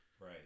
right